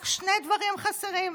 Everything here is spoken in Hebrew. רק שני דברים חסרים: